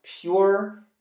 pure